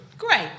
Great